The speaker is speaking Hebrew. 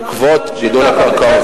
בעקבות גידול שיווק הקרקעות.